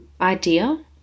idea